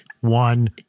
one